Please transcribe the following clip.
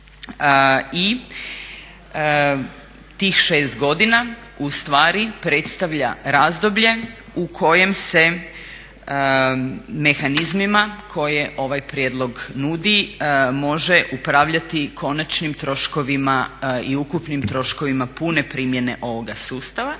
i tih 6 godina ustvari predstavlja razdoblje u kojem se mehanizmima koje ovaj prijedlog nudi može upravljati konačnim troškovima i ukupnim troškovima pune primjene ovoga sustava.